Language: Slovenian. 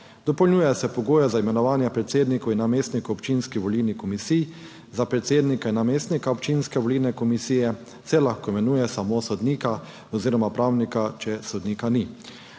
Dopolnjuje se pogoje za imenovanje predsednikov in namestnikov občinskih volilnih komisij, za predsednika in namestnika občinske volilne komisije se lahko imenuje samo sodnika oziroma pravnika, če sodnika ni.